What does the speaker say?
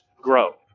grow